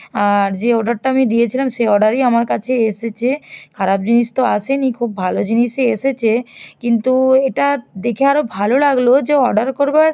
আর যে অর্ডারটা আমি দিয়েছিলাম সেই অর্ডারই আমার কাছে এসেছে খারাপ জিনিস তো আসেনি খুব ভালো জিনিসই এসেছে কিন্তু এটা দেখে আরো ভালো লাগলো যে অর্ডার করবার